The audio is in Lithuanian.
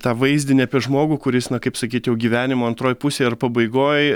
tą vaizdinį apie žmogų kuris na kaip sakyt jau gyvenimo antroj pusėj ar pabaigoj